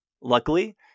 Luckily